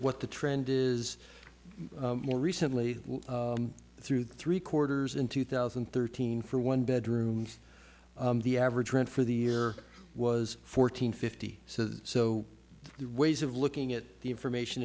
what the trend is more recently through three quarters in two thousand and thirteen for one bedroom the average rent for the year was fourteen fifty so the so the ways of looking at the information